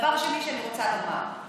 שאני אומרת